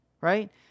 right